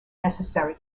necessary